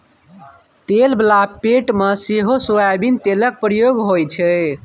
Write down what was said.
तेल बला पेंट मे सेहो सोयाबीन तेलक प्रयोग होइ छै